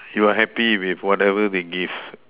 you are happy with whatever we give